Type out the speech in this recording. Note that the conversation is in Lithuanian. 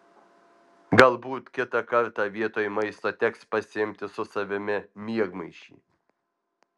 galbūt kitą kartą vietoj maisto teks pasiimti su savimi miegmaišį